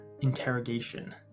interrogation